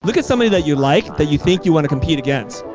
look at somebody that you like that you think you want to compete against.